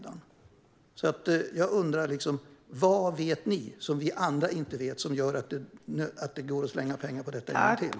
Därför undrar jag: Vad vet ni som vi andra inte vet som gör att man kan lägga pengar på detta en gång till?